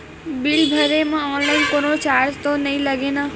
Bill भरे मा online कोनो चार्ज तो नई लागे ना?